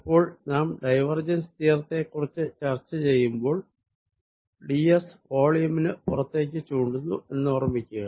ഇപ്പോൾ നാം ഡൈവേർജെൻസ് തിയറത്തെപ്പറ്റി ചർച്ച ചെയ്യുമ്പോൾ d s വോളിയുമിന് പുറത്തേക്ക് ചൂണ്ടുന്നു എന്നോർമ്മിക്കുക